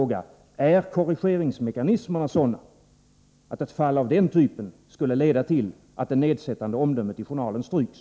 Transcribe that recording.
Är korrigeringsmekanismen då sådan att ett fall av den typen skulle leda till att de nedsättande omdömena i journalen stryks?